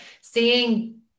seeing